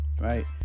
right